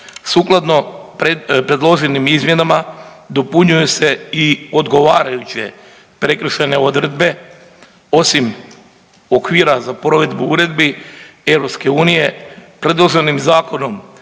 Sukladno predloženim izmjenama dopunjuju se i odgovarajuće prekršajne odredbe. Osim okvira za provedbu uredbi EU predloženim zakonom